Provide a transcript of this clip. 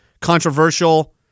controversial